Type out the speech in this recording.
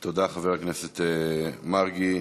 תודה, חבר הכנסת מרגי.